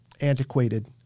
antiquated